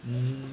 mmhmm